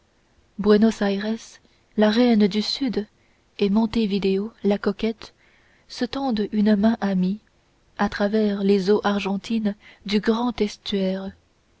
buenos-ayres la reine du sud et montevideo la coquette se tendent une main amie à travers les eaux argentines du grand estuaire